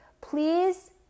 please